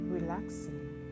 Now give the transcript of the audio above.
Relaxing